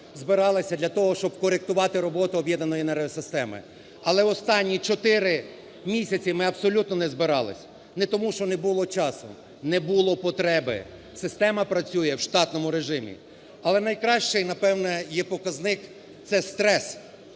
збиралися для того, щоб коректувати роботу об'єднаної енергосистеми. Але останні чотири місяці ми абсолютно не збирались, не тому, що не було часу, не було потреби. Система працює в штатному режимі. Але найкращий, напевно, є показник – це стрес.